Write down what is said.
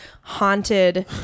haunted